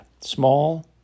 small